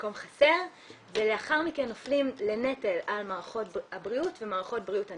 מקום חסר ולאחר מכן נופלים לנטל על מערכות הבריאות ומערכות בריאות הנפש.